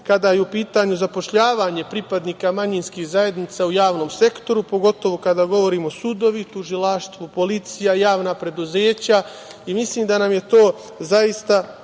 kada je u pitanju zapošljavanje pripadnika manjinskih zajednica u javnom sektoru, pogotovo kada govorimo o sudovima, tužilaštvu, policiji, javna preduzeća. Mislim da nam je to zaista